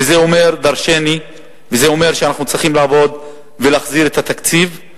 וזה אומר דורשני וזה אומר שאנחנו צריכים לעבוד ולהחזיר את התקציב,